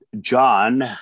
John